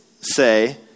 say